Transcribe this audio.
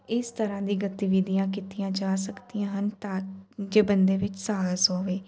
ਇਸ ਤਰ੍ਹਾਂ ਦੀ ਗਤੀਵਿਧੀਆਂ ਕੀਤੀਆਂ ਜਾ ਸਕਦੀਆਂ ਹਨ ਤਾਂ ਜੇ ਬੰਦੇ ਵਿੱਚ ਸਾਹਸ ਹੋਵੇ